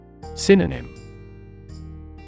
Synonym